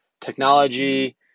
Technology